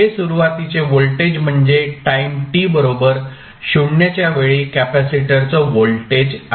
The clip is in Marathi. हे सुरुवातीचे व्होल्टेज म्हणजे टाईम t बरोबर 0 च्या वेळी कॅपेसिटरच व्होल्टेज आहे